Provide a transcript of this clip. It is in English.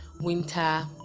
winter